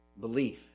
Belief